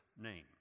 name